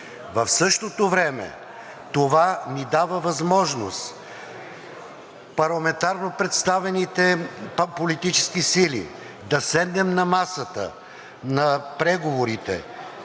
В същото време това ни дава възможност парламентарно представените политически сили да седнем на масата на преговорите,